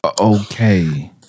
Okay